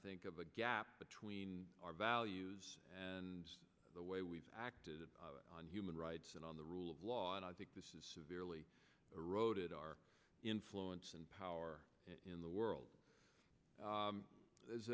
think of the gap between our values and the way we've acted on human rights and on the rule of law and i think this is severely eroded our influence and power in the world